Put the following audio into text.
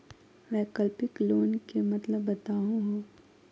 वैकल्पिक लोन के मतलब बताहु हो?